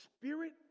Spirit